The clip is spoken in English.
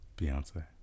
Beyonce